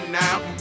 now